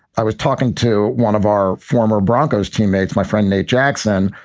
i was talking to one of our former broncos teammates, my friend nate jackson,